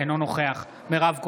אינו נוכח מירב כהן,